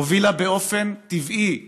הובילה באופן טבעי